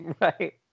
Right